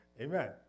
Amen